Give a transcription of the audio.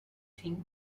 think